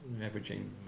averaging